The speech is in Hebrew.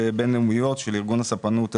בין-לאומיות של ארגון הספנות הבין-לאומי,